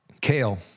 kale